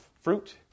fruit